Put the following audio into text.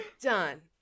done